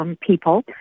people